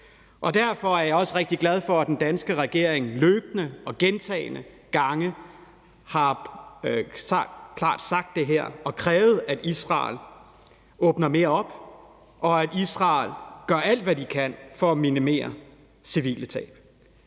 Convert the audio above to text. Derfor er jeg også rigtig glad for, at den danske regering løbende og gentagne gange klart har sagt det her og krævet, at Israel åbner mere op, og at Israel gør alt, hvad de kan, for at minimere civile tab.